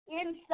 inside